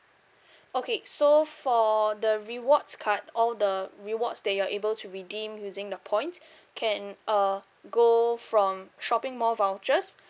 okay so for the rewards card all the rewards that you're able to redeem using the points can uh go from shopping mall vouchers